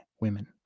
women